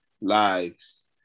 lives